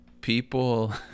people